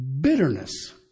Bitterness